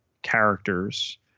characters